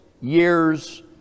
years